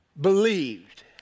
believed